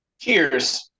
Cheers